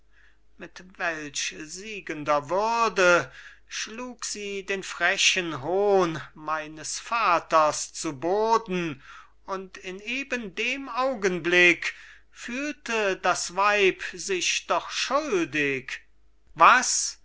mit welch siegender würde schlug sie den frechen hohn meines vaters zu boden und in eben dem augenblick fühlte das weib sich doch schuldig was